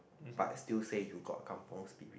but still say you got a kampung spirit